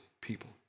people